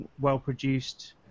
well-produced